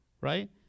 Right